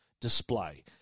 Display